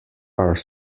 are